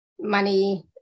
money